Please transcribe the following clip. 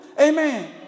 Amen